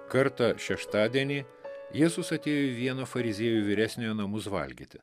kartą šeštadienį jėzus atėjo į vieno fariziejų vyresniojo namus valgyti